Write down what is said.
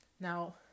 Now